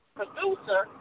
producer